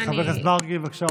חבר הכנסת מרגי, בבקשה.